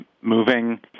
moving